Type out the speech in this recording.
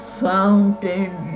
fountain